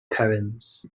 poems